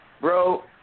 bro